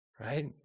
Right